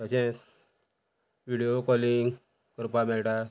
तशेंच video calling करपा मेळटा